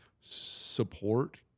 support